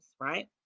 right